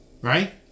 Right